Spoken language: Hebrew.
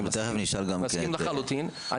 אני מסכים לחלוטין.